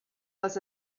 was